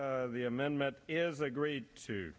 it the amendment is agreed to